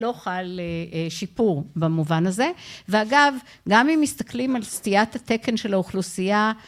לא חל שיפור במובן הזה ואגב גם אם מסתכלים על סטיית התקן של האוכלוסייה